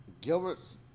Gilbert's